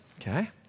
Okay